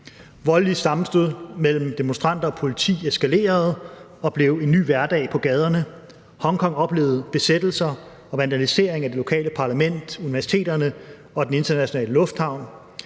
Voldelige sammenstød mellem demonstranter og politi eskalerede og blev en ny hverdag på gaderne. Hongkong oplevede besættelser og vandalisering af det lokale parlament, universiteterne og den internationale lufthavn.